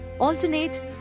alternate